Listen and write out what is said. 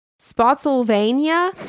Spotsylvania